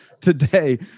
today